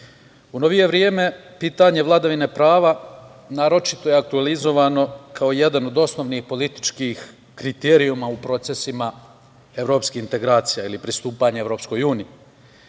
u novije vreme pitanje vladavine prava, naročito je aktuelizovano kao jedan od osnovnih političkih kriterijuma u procesima evropskih integracija ili pristupanje EU.